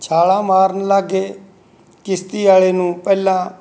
ਛਾਲਾਂ ਮਾਰਨ ਲੱਗ ਗਏ ਕਿਸ਼ਤੀ ਵਾਲੇ ਨੂੰ ਪਹਿਲਾਂ